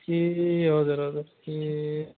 ए हजुर हजुर ए